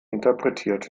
interpretiert